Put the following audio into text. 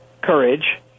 courage